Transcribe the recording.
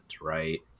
right